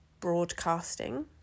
broadcasting